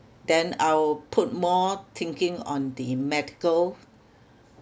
then I'll put more thinking on the medical